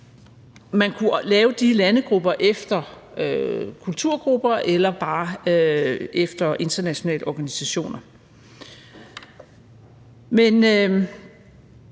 Man kunne lave de landegrupper efter kulturgrupper eller bare efter internationale organisationer. Det